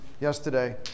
yesterday